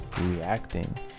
reacting